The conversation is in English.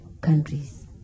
countries